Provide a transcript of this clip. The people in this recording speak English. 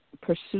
pursue